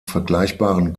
vergleichbaren